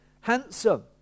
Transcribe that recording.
handsome